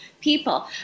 people